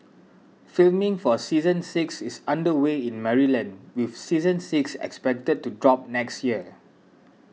filming for season six is under way in Maryland with season six expected to drop next year